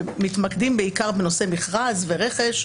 מתמקדים בעיקר בנושא מכרז ורכש,